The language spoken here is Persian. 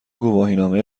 گواهینامه